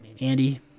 Andy